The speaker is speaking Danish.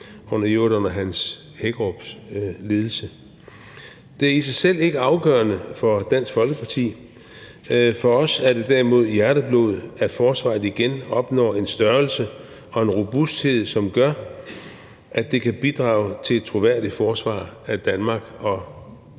gang, i øvrigt under hr. Hans Hækkerups ledelse. Det er i sig selv ikke afgørende for Dansk Folkeparti. For os er det derimod hjerteblod, at forsvaret igen opnår en størrelse og en robusthed, som gør, at det kan bidrage til et troværdigt forsvar af Danmark og